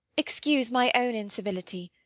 excuse my own incivility.